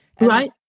right